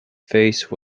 face